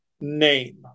name